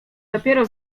dopiero